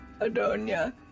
Adonia